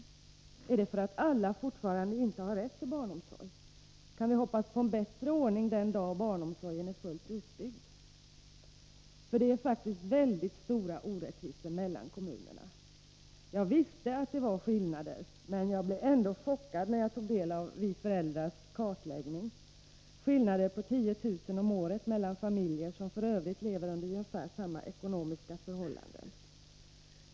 Är det för att alla fortfarande inte har rätt till barnomsorg? Kan vi hoppas på en bättre ordning den dag barnomsorgen är fullt utbyggd? Det råder faktiskt mycket stora orättvisor i avgiftshänseende mellan kommunerna. Jag kände till skillnaderna, men jag blev ändå chockerad när jag tog del av kartläggningen i Vi föräldrar. Det kan vara utgiftsskillnader på 45 10 000 kr. om året mellan familjer som i övrigt lever under ungefär samma ekonomiska förhållanden.